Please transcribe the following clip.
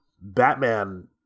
Batman